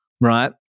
right